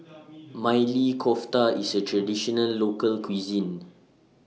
Maili Kofta IS A Traditional Local Cuisine